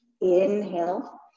Inhale